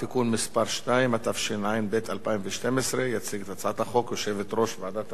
התשע"ב 2012. תציג את הצעת החוק יושבת-ראש ועדת המדע והטכנולוגיה,